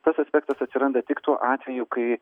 tas aspektas atsiranda tik tuo atveju kai